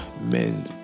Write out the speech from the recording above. men